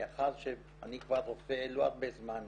מאחר שאני כבר רופא לא הרבה זמן,